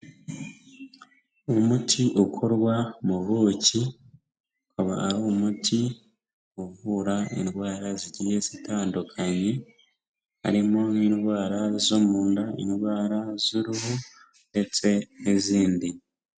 Umuti ukorwa mu buki, ukaba ari umuti uvura indwara zigiye zitandukanye, harimo nk'indwara zo mu nda, indwara z'uruhu ndetse n'izindi.